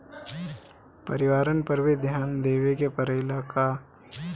परिवारन पर भी ध्यान देवे के परेला का?